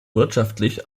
wirtschaftlich